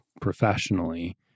professionally